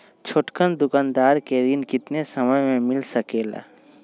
छोटकन दुकानदार के ऋण कितने समय मे मिल सकेला?